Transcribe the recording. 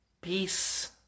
Peace